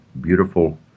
beautiful